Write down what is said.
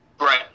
right